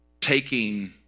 taking